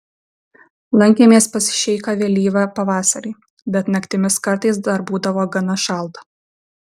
lankėmės pas šeichą vėlyvą pavasarį bet naktimis kartais dar būdavo gana šalta